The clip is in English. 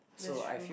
that's true